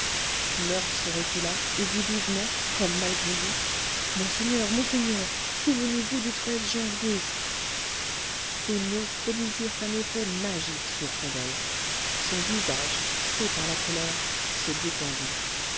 murph se recula et dit vivement comme malgré lui monseigneur monseigneur souvenez-vous du janvier ces mots produisirent un effet magique sur rodolphe son visage crispé par la colère se détendit